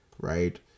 right